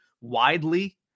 widely